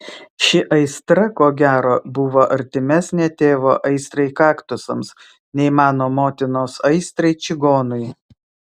ši aistra ko gero buvo artimesnė tėvo aistrai kaktusams nei mano motinos aistrai čigonui